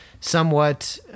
somewhat